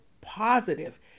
positive